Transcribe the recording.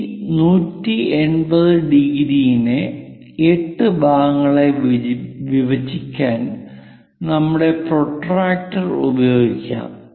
ഈ 180° നെ 8 ഭാഗങ്ങളായി വിഭജിക്കാൻ നമ്മുടെ പ്രൊട്ടക്റ്റർ ഉപയോഗിക്കാം